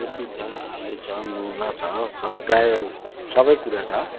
कोपी छ आलु छ मुला छ प्रायः सबैकुरा छ